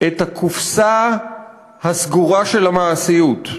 את הקופסה הסגורה של המעשיוּת,